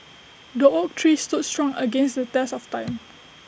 the oak tree stood strong against the test of time